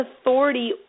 authority